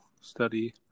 study